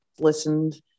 listened